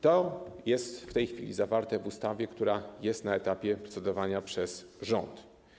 To jest w tej chwili zawarte w ustawie, która jest na etapie procedowania przez rząd.